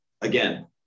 again